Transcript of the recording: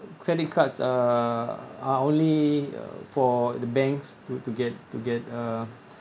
credit cards are are only uh for the banks to to get to get uh